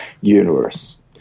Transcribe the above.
universe